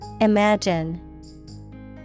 Imagine